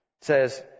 says